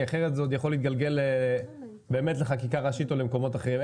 אחרת זה עוד יכול להתגלגל לחקיקה ראשית או למקומות אחרים.